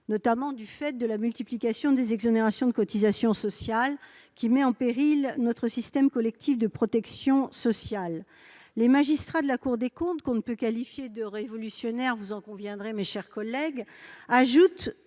notamment du fait de la multiplication des exonérations de cotisations sociales, qui met en péril notre système collectif de protection sociale. Les magistrats de la Cour, que l'on ne peut pas qualifier de « révolutionnaires », vous en conviendrez, mes chers collègues, indiquent